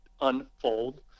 unfold